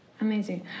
Amazing